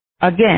again